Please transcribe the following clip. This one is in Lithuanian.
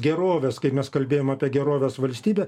gerovės kaip mes kalbėjom apie gerovės valstybę